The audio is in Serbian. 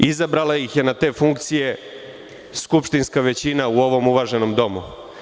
Izabrala ih je na te funkcije skupštinska većina u ovom uvaženom domu.